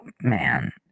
Man